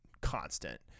constant